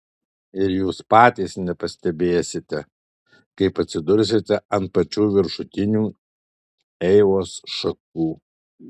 ir jūs patys nepastebėsite kaip atsidursite ant pačių viršutinių eivos šakų